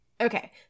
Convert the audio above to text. Okay